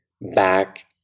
back